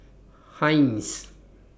Heinz